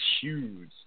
shoes